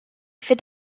fit